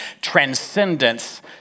transcendence